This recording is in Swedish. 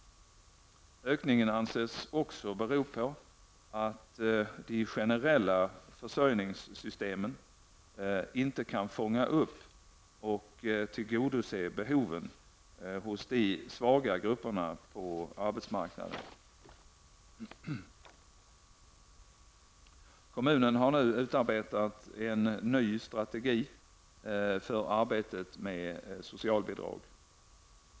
Ökningen anses också bero på att de generella försörjningssystemen inte kan fånga upp och tillgodose behoven hos de svaga grupperna på arbetsmarknaden. Kommunen har nu utarbetat en ny strategi för arbetet med socialbidrag.